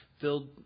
filled